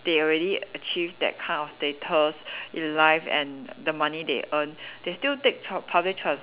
they already achieve that kind of status in life and the money they earn they still take tra~ public transport